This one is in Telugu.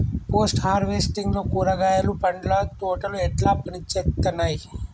పోస్ట్ హార్వెస్టింగ్ లో కూరగాయలు పండ్ల తోటలు ఎట్లా పనిచేత్తనయ్?